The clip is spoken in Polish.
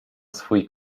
swój